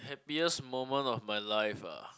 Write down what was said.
happiest moment of my life ah